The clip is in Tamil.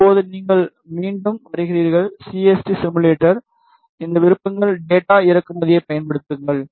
இப்போது நீங்கள் மீண்டும் வருகிறீர்கள் சிஎஸ்டி சிமுலேட்டர் இந்த விருப்பங்கள் டேட்டா இறக்குமதியைப் பயன்படுத்துங்கள்